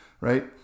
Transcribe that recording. right